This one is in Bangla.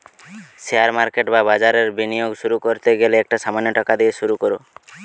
শেয়ার মার্কেট বা বাজারে বিনিয়োগ শুরু করতে গেলে একটা সামান্য টাকা দিয়ে শুরু করো